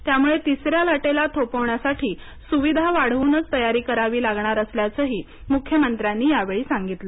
त्यामुळे तिसऱ्या लाटेला थोपविण्यासाठी सुविधा वाढवूनच तयारी करावी लागणार असल्याचंही मुख्यमंत्र्यांनी यावेळी सांगितलं